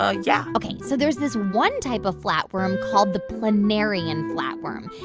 ah yeah ok, so there is this one type of flatworm called the planarian flatworm.